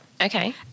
Okay